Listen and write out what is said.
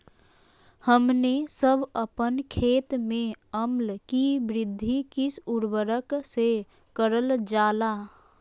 हमने सब अपन खेत में अम्ल कि वृद्धि किस उर्वरक से करलजाला?